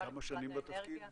כמה שנים את בתפקיד?